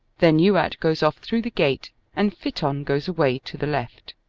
then youatt goes off through the gate and fitton goes away to the left.